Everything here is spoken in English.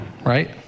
right